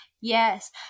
Yes